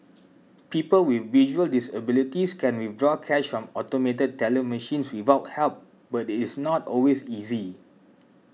people with visual disabilities can withdraw cash from automated teller machines without help but is not always easy